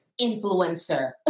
influencer